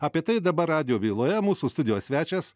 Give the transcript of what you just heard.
apie tai dabar radijo byloje mūsų studijos svečias